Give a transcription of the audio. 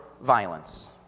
violence